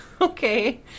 Okay